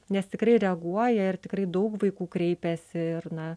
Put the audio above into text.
nes tikrai reaguoja ir tikrai daug vaikų kreipiasi ir na